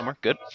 Good